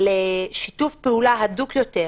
על שיתוף פעולה הדוק יותר